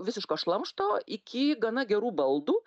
visiško šlamšto iki gana gerų baldų